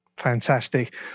Fantastic